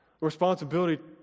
Responsibility